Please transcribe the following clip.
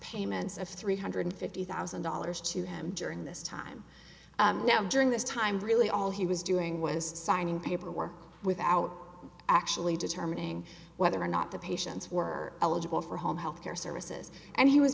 payments of three hundred fifty thousand dollars to him during this time during this time really all he was doing was signing paperwork without actually determining whether or not the patients were eligible for home health care services and he was